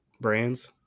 brands